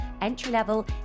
entry-level